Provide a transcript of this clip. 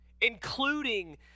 including